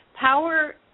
power